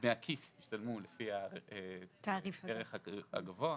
דמי הכיס לפי הערך הגבוה,